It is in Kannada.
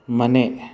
ಮನೆ